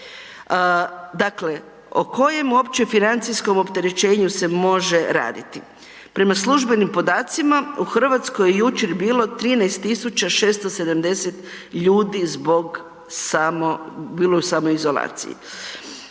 Dakle, o kojem uopće financijskom opterećenju se može raditi? Prema službenim podacima u Hrvatskoj je jučer bilo 13.670 ljudi u samoizolaciji,